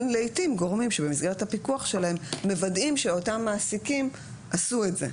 לעתים גורמים שבמסגרת הפיקוח שלהם מוודאים שאותם מעסיקים עשו את זה.